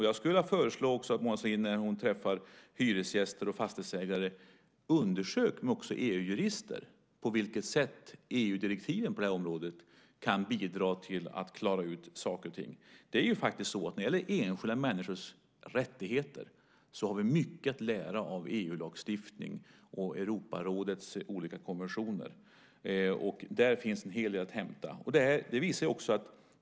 Jag skulle vilja föreslå att Mona Sahlin, när hon träffar hyresgäster och fastighetsägare, undersöker också med EU-jurister på vilket sätt EU-direktiven på det här området kan bidra till att klara ut saker och ting. När det gäller enskilda människors rättigheter har vi mycket att lära av EU-lagstiftningen och Europarådets olika konventioner. Där finns en hel del att hämta.